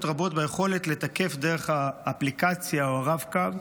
רבות ביכולת לתקף דרך האפליקציה או הרב-קו.